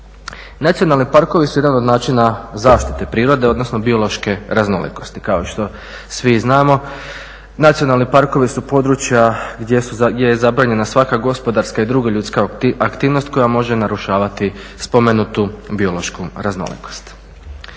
Nacionalni parkovi su jedan od načina zaštite prirode, odnosno biološke raznolikosti. Kao što svi znamo nacionalni parkovi su područja gdje je zabranjena svaka gospodarska i druga ljudska aktivnost koja može narušavati spomenutu biološku raznolikost.